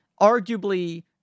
arguably